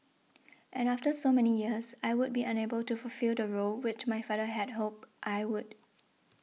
and after so many years I would be unable to fulfil the role which my father had hoped I would